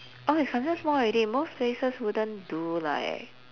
oh it's considered small already most places wouldn't do like